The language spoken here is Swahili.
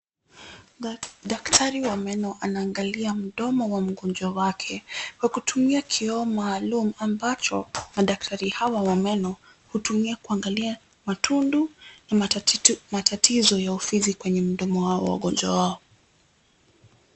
Daktari wa meno anaangalia mdomo wa mgonjwa wake kwa kutumia kioo maalumu ambacho madaktari hawa wa meno hutumia kuangalia matundu na matatizo ya ufizi kwenye mdomo wa wagonjwa wao.